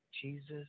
Jesus